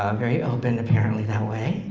um very open, apparently, that way.